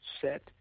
set